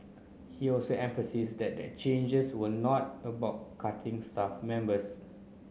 he also emphasised that the changes were not about cutting staff members